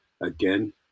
Again